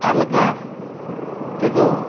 ᱟᱞᱜᱟ ᱛᱮᱫᱚ